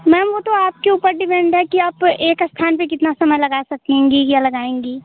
ma'am वह तो आपके ऊपर डिपेन्ड है कि आप एक स्थान पर कितना समय लगा सकेंगी या लगाएँगी